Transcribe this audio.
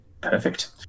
Perfect